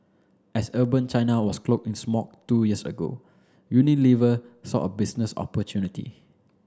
as urban China was cloaked in smog two years ago Unilever saw a business opportunity